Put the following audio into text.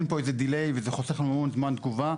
אין פה איזה דיליי, וזה חוסך לנו המון זמן תגובה.